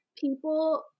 people